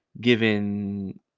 given